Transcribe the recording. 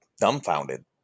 dumbfounded